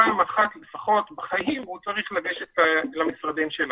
פעם אחת לפחות בחיים הוא צריך לגשת למשרדים שלנו.